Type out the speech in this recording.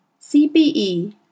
CBE